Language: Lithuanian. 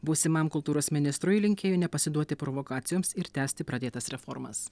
būsimam kultūros ministrui linkėjo nepasiduoti provokacijoms ir tęsti pradėtas reformas